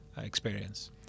experience